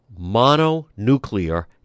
mononuclear